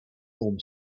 norm